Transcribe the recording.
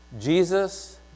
Jesus